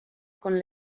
con